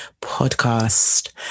podcast